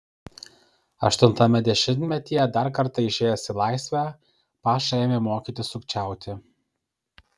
aštuntame dešimtmetyje dar kartą išėjęs į laisvę paša ėmė mokytis sukčiauti